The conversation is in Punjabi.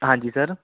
ਹਾਂਜੀ ਸਰ